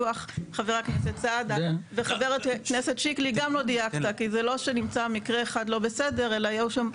חבר הכנסת איתמר בן גביר.